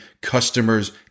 customers